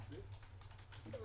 ממשלה.